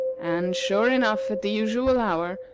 and, sure enough, at the usual hour,